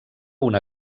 una